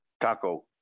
taco